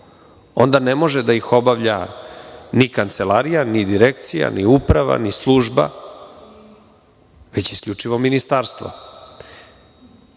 onda ne može da ih obavlja ni kancelarija, ni direkcija, ni uprava, ni služba, već isključivo ministarstvo. To